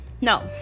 No